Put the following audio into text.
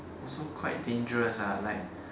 also quite dangerous ah like